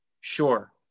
Sure